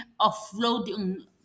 offloading